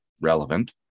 relevant